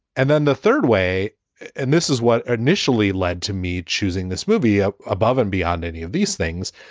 and then the third way and this is what initially led to me choosing this movie up above and beyond any of these things,